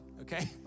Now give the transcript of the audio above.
okay